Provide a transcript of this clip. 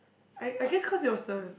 I I guess cause it was the